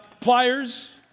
pliers